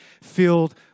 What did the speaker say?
filled